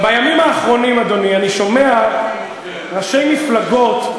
בימים האחרונים, אדוני, אני שומע ראשי מפלגות,